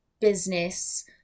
business